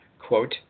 Quote